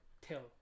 till